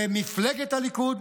ומפלגת הליכוד,